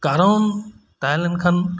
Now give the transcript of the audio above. ᱠᱟᱨᱚᱱ ᱛᱟᱦᱮᱸ ᱞᱮᱱᱠᱷᱟᱱ